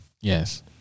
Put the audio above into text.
Yes